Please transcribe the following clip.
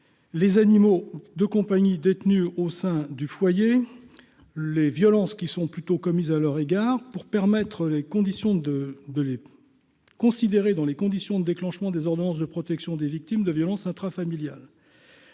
les animaux de compagnie détenues au sein du foyer, les violences, qui sont plutôt commises à leur égard pour permettre les conditions de de les considérer, dans les conditions de déclenchement des ordonnances de protection des victimes de violences intrafamiliales,